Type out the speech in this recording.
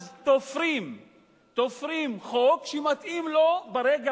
אז תופרים חוק שמתאים לו ברגע